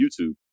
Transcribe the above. YouTube